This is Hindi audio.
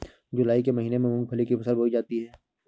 जूलाई के महीने में मूंगफली की फसल बोई जाती है